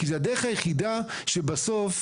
כי בסוף,